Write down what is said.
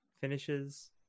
finishes